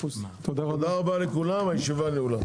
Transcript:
תודה רבה לכולם, הישיבה נעולה.